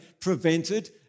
prevented